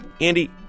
Andy